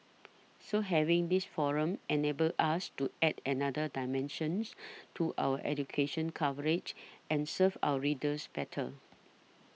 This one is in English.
so having this forum enables us to add another dimensions to our education coverage and serve our readers better